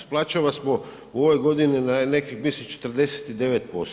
S plaćama smo u ovoj godini na nekih, mislim 49%